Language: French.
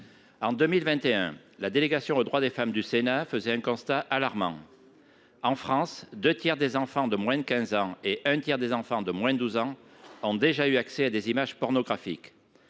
En 2021, la délégation aux droits des femmes du Sénat dressait un constat alarmant : en France, deux tiers des enfants de moins de 15 ans et un tiers des enfants de moins de 12 ans ont déjà eu accès à des images pornographiques.